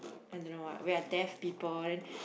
and don't know what we are deaf people then